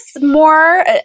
more